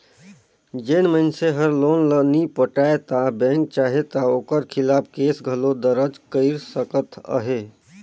जेन मइनसे हर लोन ल नी पटाय ता बेंक चाहे ता ओकर खिलाफ केस घलो दरज कइर सकत अहे